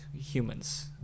humans